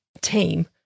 team